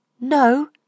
No